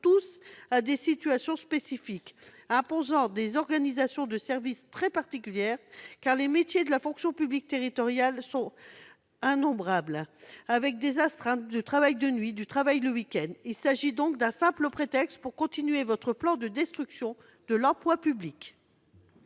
tous à des situations spécifiques imposant des organisations de service très particulières, car les métiers de la fonction publique territoriale sont innombrables, avec des astreintes, du travail de nuit et du travail le week-end. Il s'agit donc d'un simple prétexte pour poursuivre la mise en oeuvre de votre plan de destruction de l'emploi public.